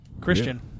Christian